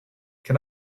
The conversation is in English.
can